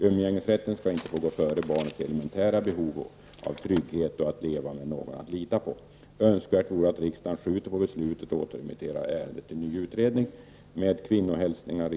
Umgängesrätten ska inte få gå före barnets elementära behov av trygghet och att leva med någon att lita på. Önskvärt vore att Riksdagen skjuter på beslutet och återremitterar ärendet till ny utredning.